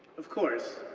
of course,